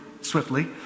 swiftly